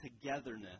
togetherness